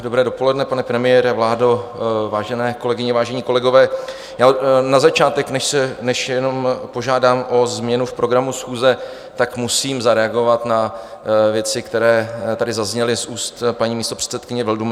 Dobré dopoledne, pane premiére, vládo, vážené kolegyně, vážení kolegové, na začátek, než jenom požádám o změnu v programu schůze, tak musím zareagovat na věci, které tady zazněly z úst paní místopředsedkyně Vildumetzové.